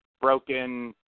Broken